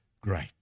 great